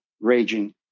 raging